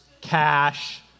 cash